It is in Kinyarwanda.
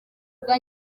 rwa